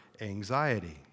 anxiety